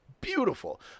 beautiful